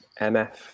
mf